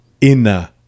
Inner